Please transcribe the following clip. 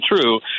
true